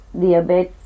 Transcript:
diabetes